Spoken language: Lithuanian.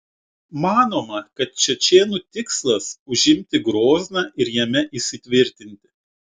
manoma kad čečėnų tikslas užimti grozną ir jame įsitvirtinti